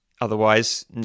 otherwise